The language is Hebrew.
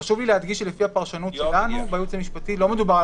חשוב לי להדגיש שלפי הפרשנות שלנו בייעוץ המשפטי לא מדובר על